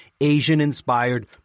Asian-inspired